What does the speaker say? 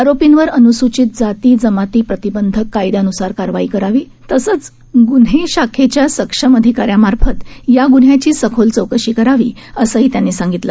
आरोपींवर अन्सूचित जाती जमातीप्रतिबंधक कायद्यान्सार कारवाई करावी तसंच ग्न्हे शाखेच्या सक्षम अधिकाऱ्यांमार्फत या ग्न्ह्याची सखोल चौकशी करावी असंही त्यांनी सांगितलं